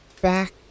back